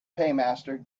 paymaster